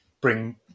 bring